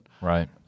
Right